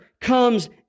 comes